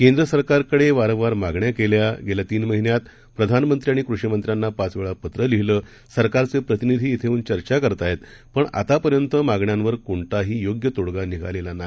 केंद्र सरकारकडे वारंवार मागण्या केल्या गेल्या तीन महिन्यांत प्रधानमंत्री आणि कृषिमंत्र्यांना पाच वेळा पत्र लिहिलं सरकारचे प्रतिनिधी क्वें येऊन चर्चा करत आहेत पण आतापर्यंत मागण्यांवर कोणताही योग्य तोङगा निघालेला नाही